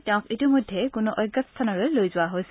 তেওঁক ইতিমধ্যে কোনো অঞ্চাত স্থানলৈ লৈ যোৱা হৈছে